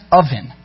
oven